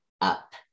up